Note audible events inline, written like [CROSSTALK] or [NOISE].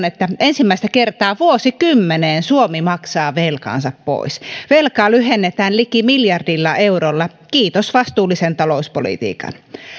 [UNINTELLIGIBLE] että ensimmäistä kertaa vuosikymmeneen suomi maksaa velkaansa pois velkaa lyhennetään liki miljardilla eurolla kiitos vastuullisen talouspolitiikan